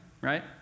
right